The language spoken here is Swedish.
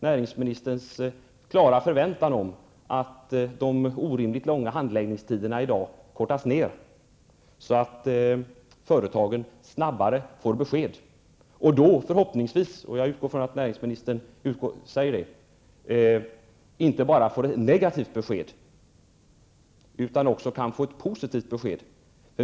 Näringsministerns klara förväntan om att de orimliga handläggningstiderna i dag skall kortas ner så att företagen snabbare kan få besked är intressant för kreditmarknadens aktörer. Jag utgår från att det näringsministern säger att det inte bara innebär negativa besked utan också positiva besked.